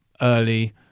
early